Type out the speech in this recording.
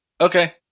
Okay